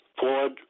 Ford